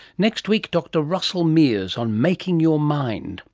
next week, dr russel meares on making your mind.